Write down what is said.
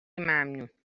ممنون